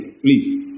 Please